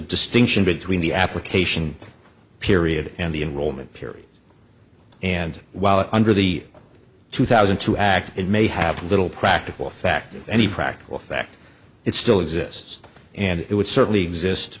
distinction between the application period and the enrollment period and while it's under the two thousand to act it may have little practical effect of any practical effect it still exists and it would certainly exist